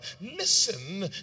listen